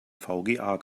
vga